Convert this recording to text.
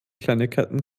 kleinigkeiten